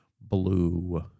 blue